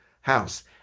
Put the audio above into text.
house